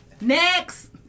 Next